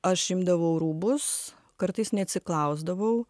aš imdavau rūbus kartais neatsiklausdavau